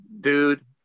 dude